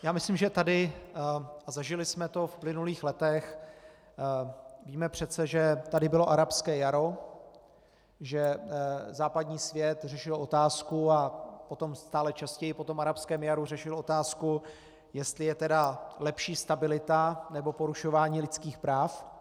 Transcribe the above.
Já myslím, že tady, a zažili jsme to v uplynulých letech, víme přece, že tady bylo arabské jaro, že západní svět řešil otázku a stále častěji po tom arabském jaru řešil otázku, jestli je tedy lepší stabilita, nebo porušování lidských práv.